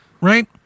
right